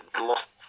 lost